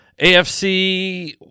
AFC